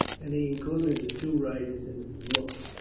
and he included the two writers in his look.